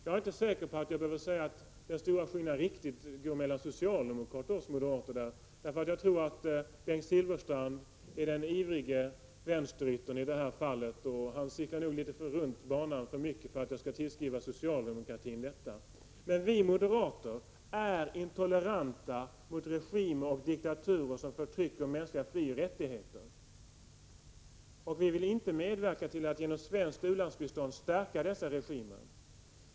Jag är inte säker på att jag behöver säga att skiljelinjen riktigt går mellan socialdemokraterna och oss moderater, för jag tror att Bengt Silfverstrand i det här fallet är den ivrige vänsteryttern och cyklar runt banan litet för mycket för att jag skall tillskriva socialdemokratin dessa uppfattningar. Vi moderater är intoleranta mot regimer och diktaturer som förtrycker de mänskliga frioch rättigheterna. Vi vill inte medverka till att genom svenskt u-landsbistånd stärka dessa regimer.